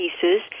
pieces